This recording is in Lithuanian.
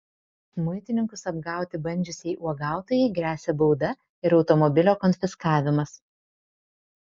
muitininkus apgauti bandžiusiai uogautojai gresia bauda ir automobilio konfiskavimas